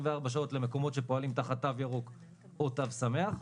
שעות למקומות שפועלים תחת תו ירוק או תו שמח,